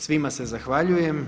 Svima se zahvaljujem.